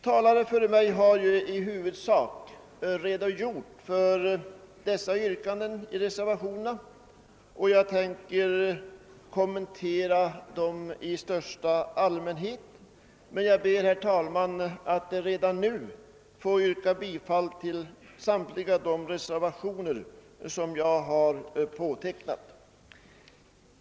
Talare före mig har i huvudsak redogjort för dessa yrkanden i reservationerna, och jag tänker kommentera dem i största allmänhet, men jag ber, herr talman, att redan nu få yrka bifall till samtliga de reservationer som jag har undertecknat.